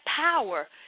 power